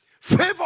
Favor